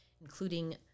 including